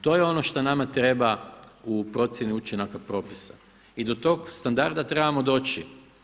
To je ono šta nama treba u procjeni učinaka propisa i do tog standarda trebamo doći.